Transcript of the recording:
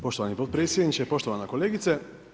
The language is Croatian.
Poštovani podpredsjedniče, poštovana kolegice.